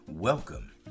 Welcome